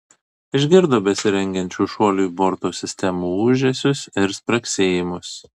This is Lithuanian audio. išgirdo besirengiančių šuoliui borto sistemų ūžesius ir spragsėjimus